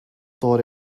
thought